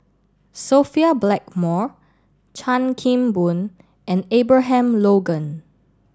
Sophia Blackmore Chan Kim Boon and Abraham Logan